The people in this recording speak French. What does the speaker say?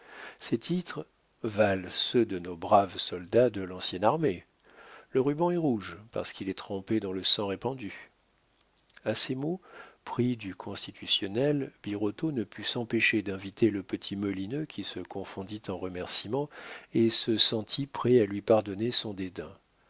ces titres valent ceux de nos braves soldats de l'ancienne armée le ruban est rouge parce qu'il est trempé dans le sang répandu a ces mots pris du constitutionnel birotteau ne put s'empêcher d'inviter le petit molineux qui se confondit en remercîments et se sentit prêt à lui pardonner son dédain